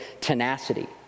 tenacity